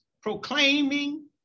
proclaiming